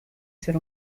ser